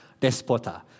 Despota